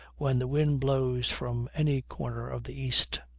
when the wind blows from any corner of the east.